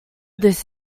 this